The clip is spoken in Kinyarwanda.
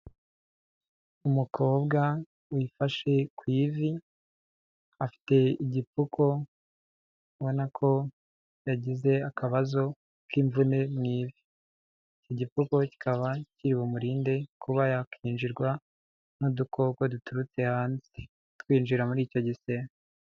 Umukobwa wifashe ku ivi, afite igipfuko, ubona ko yagize akabazo k'imvune mu ivi. Igipfuko kikaba kiri bumurinde kuba yakinjirwa n'udukoko duturutse hanze twinjira muri icyo gisebo.